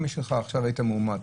אם אתה עכשיו היית מאומת,